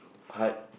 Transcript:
hard